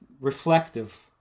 reflective